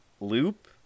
Loop